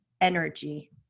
energy